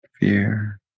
fear